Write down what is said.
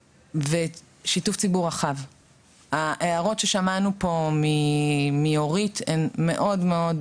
ושיתוף ציבור רחב ההערות ששמענו פה מאורית הן משמעותיות מאוד,